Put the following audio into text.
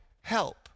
help